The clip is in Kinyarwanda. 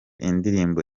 indirimbo